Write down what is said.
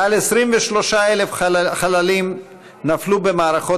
יותר מ-23,000 חללים נפלו במערכות